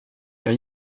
jag